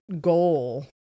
goal